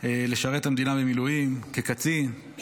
לשרת את המדינה במילואים כקצין,